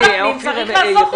משרד הפנים צריך לעשות את זה.